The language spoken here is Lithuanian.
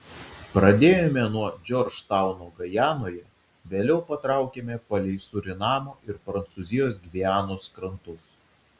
pradėjome nuo džordžtauno gajanoje vėliau patraukėme palei surinamo ir prancūzijos gvianos krantus